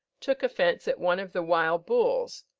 took offence at one of the wild bulls,